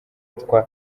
yitwa